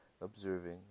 observing